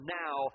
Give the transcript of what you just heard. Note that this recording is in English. now